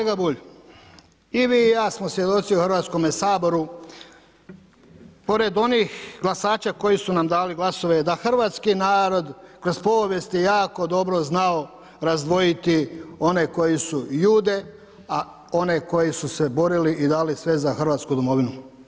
Kolega Bulj, i vi i ja smo svjedoci u Hrvatskome saboru, pored onih glasača koji su nam dali glasove, da hrvatski narod kroz povijest je jako dobro znao razdvojiti one koji su Jude a oni koji su se borili i dali sve za hrvatsku domovinu.